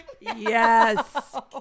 Yes